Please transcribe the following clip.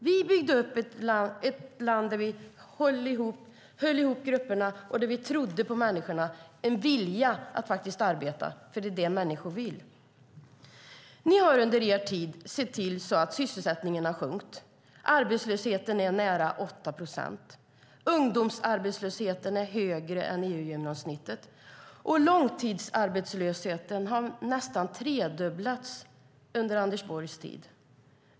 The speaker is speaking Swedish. Vi byggde upp ett land där vi höll ihop grupperna och där vi trodde på människornas vilja att faktiskt arbeta, för det är det människor vill. Ni har under er tid sett till att sysselsättningen har sjunkit. Arbetslösheten är nära 8 procent, ungdomsarbetslösheten är högre än EU-genomsnittet och långtidsarbetslösheten har nästan tredubblats under Anders Borgs tid.